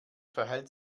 verhält